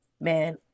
man